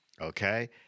okay